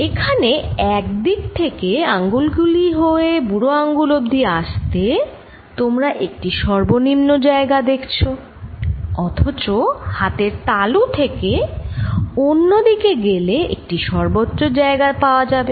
এখানে এক দিক থেকে আঙ্গুল গুলি হয়ে বুড়ো আঙ্গুল অবধি আসতে তোমরা একটি সর্বনিম্ন জায়গা দেখছ অথচ হাতের তালু থেকে অন্য দিকে গেলে একটি সর্বোচ্চ জায়গা পাওয়া যাবে